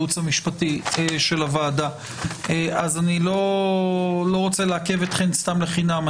אז אני לא רוצה לעכב אתכן סתם לחינם.